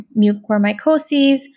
mucormycosis